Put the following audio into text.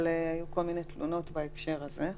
אבל היו כל מיני תלונות בהקשר הזה.